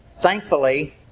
Thankfully